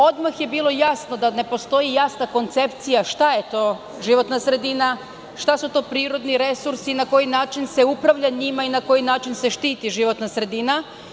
Odmah je bilo jasno da ne postoji jasna koncepcija šta je to životna sredina, šta su to prirodni resursi, na koji način se njima upravlja i na koji način se štiti životna sredina.